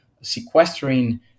sequestering